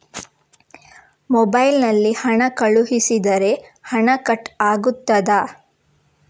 Mobile ನಲ್ಲಿ ಹಣ ಕಳುಹಿಸಿದರೆ ಹಣ ಕಟ್ ಆಗುತ್ತದಾ?